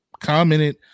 commented